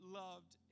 loved